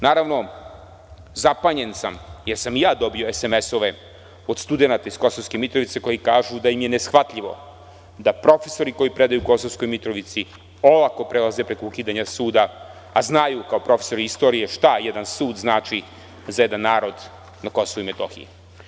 Naravno, zapanjen sam jer sam i ja dobio SMS od studenata iz Kosovske Mitrovice koji kažu da im je neshvatljivo da profesori koji predaju u Kosovskoj Mitrovici, olako prelaze preko ukidanja suda, a znaju kao profesori istorije šta jedan sud znači za jedan narod na KiM.